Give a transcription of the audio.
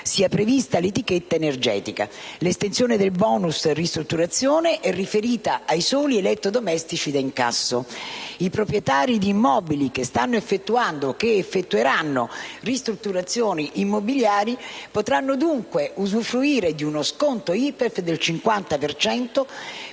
sia prevista l'etichetta energetica. L'estensione del *bonus* ristrutturazione è riferita ai soli elettrodomestici da incasso. I proprietari di immobili che stanno effettuando, o che effettueranno, ristrutturazioni immobiliari potranno dunque usufruire di uno sconto IRPEF del 50